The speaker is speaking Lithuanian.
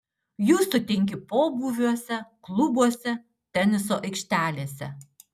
jų sutinki pobūviuose klubuose teniso aikštelėse